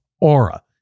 Aura